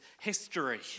history